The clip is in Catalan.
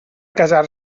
casar